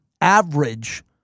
average